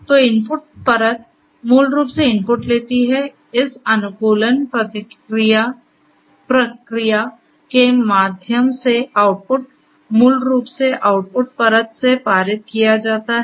तो इनपुट परत मूल रूप से इनपुट लेती है इस अनुकूलन प्रक्रिया के माध्यम से आउटपुट मूल रूप से आउटपुट परत से पारित किया जाता है